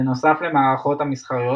בנוסף למערכות המסחריות,